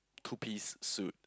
two piece suit